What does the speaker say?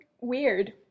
weird